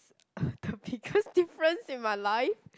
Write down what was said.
s~ the biggest difference in my life